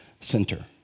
center